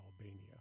Albania